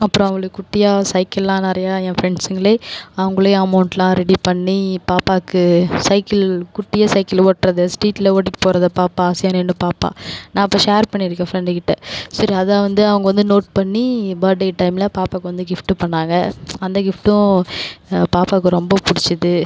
அப்புறம் அவளுக்கு குட்டியாக சைக்கிள்லாம் நிறையா என் ஃபிரண்ட்ஸுங்களே அவங்களே அமௌன்ட்லாம் ரெடி பண்ணி பாப்பாவுக்கு சைக்கிள் குட்டியாக சைக்கிள் ஓட்றது ஸ்டீடில் ஓட்டிட்டு போகிறத பாப்பா ஆசையாக நின்று பார்ப்பா நான் அப்போ ஷேர் பண்ணியிருக்கேன் ஃபிரண்டுகிட்ட சரி அதுதான் வந்து அவங்க வந்து நோட் பண்ணி பேர்த்டே டைமில் பாப்பாவுக்கு வந்து கிஃப்ட் பண்ணாங்க அந்த கிஃப்ட்டும் பாப்பாவுக்கு ரொம்ப பிடுச்சிது